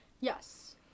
Yes